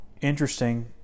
interesting